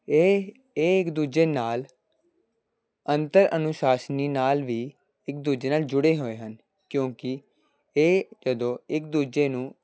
ਇਹ ਇਹ ਇੱਕ ਦੂਜੇ ਨਾਲ ਅੰਤਰ ਅਨੁਸ਼ਾਸਨੀ ਨਾਲ ਵੀ ਇੱਕ ਦੂਜੇ ਨਾਲ ਜੁੜੇ ਹੋਏ ਹਨ ਕਿਉਂਕਿ ਇਹ ਜਦੋਂ ਇੱਕ ਦੂਜੇ ਨੂੰ